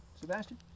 Sebastian